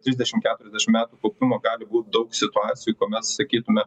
trisdešimt keturiasdešimt metų kaupimo gali būt daug situacijų kuomet sakytumėt